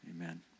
Amen